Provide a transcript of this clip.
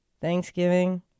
Thanksgiving